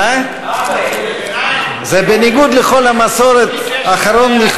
איזה כבוד אני נותן לך, איזה כבוד אני נותן לך.